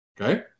Okay